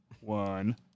One